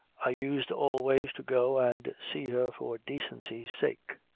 i used always to go and see her for decency's sake.